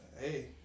hey